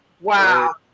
Wow